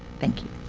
thank you.